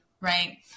right